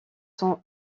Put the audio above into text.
sont